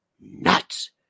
nuts